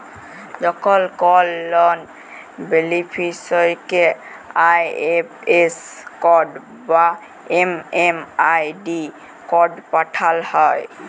যখন কল লন বেনিফিসিরইকে আই.এফ.এস কড বা এম.এম.আই.ডি কড পাঠাল হ্যয়